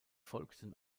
folgten